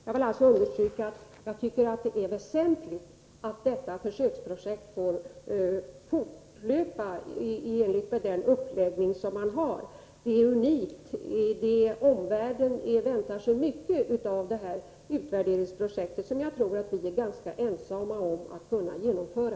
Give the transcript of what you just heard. Jag vill alltså understryka att jag tycker att det är väsentligt att detta försöksprojekt får fortlöpa med den uppläggning det har. Det är unikt. Omvärlden väntar sig mycket av detta utvärderingsprojekt, som jag tror att vi är ganska ensamma om att kunna genomföra.